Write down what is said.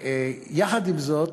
יחד עם זאת,